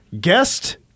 Guest